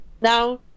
Now